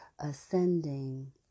ascending